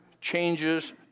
changes